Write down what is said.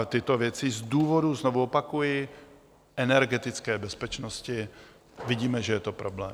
Tyto věci z důvodu, znovu opakuji, energetické bezpečnosti, vidíme, že jsou problém.